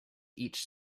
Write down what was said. each